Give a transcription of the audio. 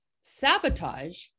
Sabotage